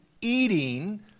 eating